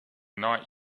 night